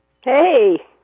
Hey